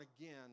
again